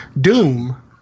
Doom